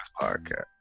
podcast